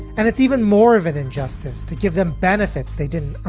and it's even more of an injustice to give them benefits. they didn't